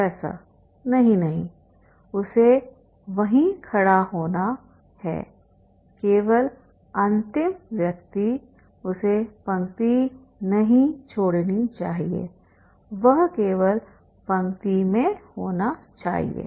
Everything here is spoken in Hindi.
प्रोफेसर नहीं नहीं उसे वहीं खड़ा होना है केवल अंतिम व्यक्ति उसे पंक्ति नहीं छोड़नी चाहिए वह केवल पंक्ति में होना चाहिए